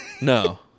No